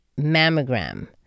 mammogram